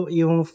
yung